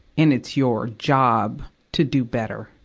and it's your job to do better